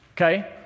Okay